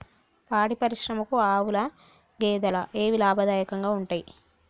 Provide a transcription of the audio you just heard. పాడి పరిశ్రమకు ఆవుల, గేదెల ఏవి లాభదాయకంగా ఉంటయ్?